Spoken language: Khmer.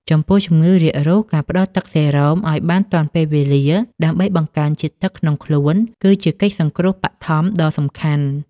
ចំពោះជំងឺរាករូស ការផ្តល់ទឹកសេរ៉ូម ឱ្យបានទាន់ពេលវេលាដើម្បីបង្កើនជាតិទឹកក្នុងខ្លួន គឺជាកិច្ចសង្គ្រោះបឋមដ៏សំខាន់។